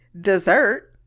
dessert